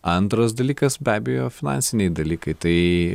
antras dalykas be abejo finansiniai dalykai tai